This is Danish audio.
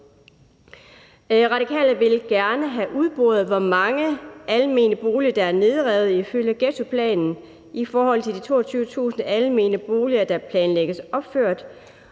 Radikale vil gerne have udboret, hvor mange almene boliger der er nedrevet ifølge ghettoplanen i forhold til de 22.000 almene boliger, der planlægges opført.